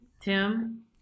tim